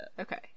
okay